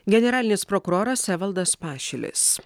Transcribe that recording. generalinis prokuroras evaldas pašilis